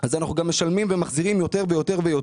ואז אנחנו משלמים ומחזירים יותר ויותר.